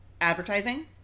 advertising